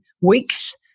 weeks